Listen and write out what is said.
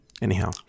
Anyhow